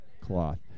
cloth